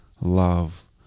love